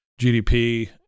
GDP